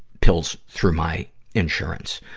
pills through my insurance.